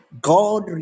God